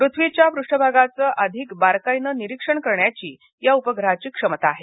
पृथ्वीच्या पृष्ठभागाचं अधिक बारकाईनं निरीक्षण करण्याची या उपग्रहाची क्षमता आहे